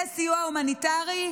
זה סיוע הומניטרי?